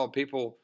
people